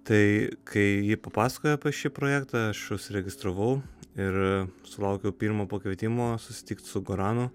tai kai ji papasakojo apie šį projektą aš užsiregistravau ir sulaukiau pirmo pakvietimo susitikt su goranu